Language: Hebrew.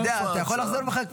אתה יודע, אתה יכול כבר לחזור בך.